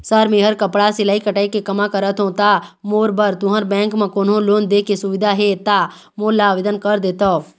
Sir मेहर कपड़ा सिलाई कटाई के कमा करत हों ता मोर बर तुंहर बैंक म कोन्हों लोन दे के सुविधा हे ता मोर ला आवेदन कर देतव?